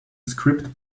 script